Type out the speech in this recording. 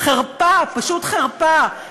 חרפה, פשוט חרפה.